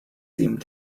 seemed